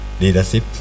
leadership